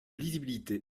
lisibilité